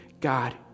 God